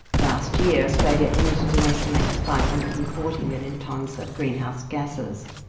last year australia emitted an estimated five hundred and forty million tonnes of greenhouse gases.